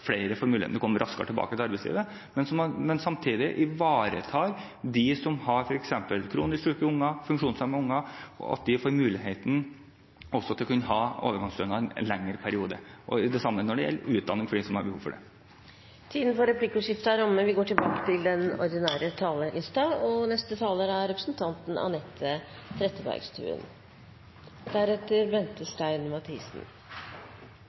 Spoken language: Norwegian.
flere får muligheten til å komme raskere tilbake til arbeidslivet, men som samtidig ivaretar dem som f.eks. har kronisk syke barn, funksjonshemmede barn, at de får muligheten også til å kunne ha overgangsstønad i en lengre periode – og det samme når det gjelder utdanning, for dem som har behov for det. Replikkordskiftet er omme. Statsbudsjettet for 2015 har en tydelig usosial profil. Det er